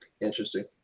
Interesting